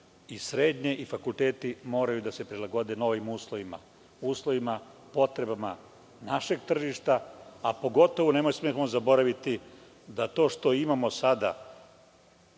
i srednje i fakulteti, moraju da se prilagode novim uslovima, uslovima potrebama našeg tržišta, a pogotovo ne smemo zaboraviti da to što imamo sada